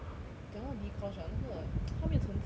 that one dee kosh ah 那个他没有澄清 meh